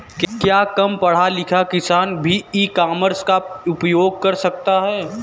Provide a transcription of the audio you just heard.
क्या कम पढ़ा लिखा किसान भी ई कॉमर्स का उपयोग कर सकता है?